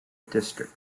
district